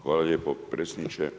Hvala lijepo predsjedniče.